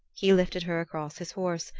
he lifted her across his horse,